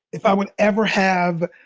if i would ever have